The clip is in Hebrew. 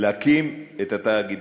להקים את התאגידים,